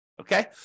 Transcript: Okay